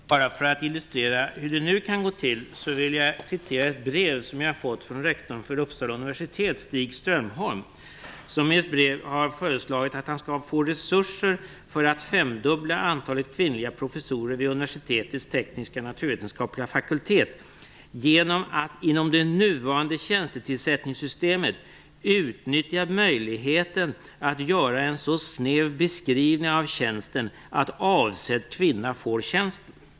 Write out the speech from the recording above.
Fru talman! För att illustrera hur det nu kan gå till vill jag återge en del av ett brev som jag fått av rektorn vid Uppsala universitet Stig Strömholm. Han har i ett brev föreslagit att han skall få resurser för att femdubbla antalet kvinnliga professurer vid universitetets tekniska och naturvetenskapliga fakultet genom att inom det nuvarande tjänstetillsättningssystemet utnyttja möjligheten att göra en så snäv beskrivning av tjänsten att avsedd kvinna får tjänsten.